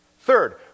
Third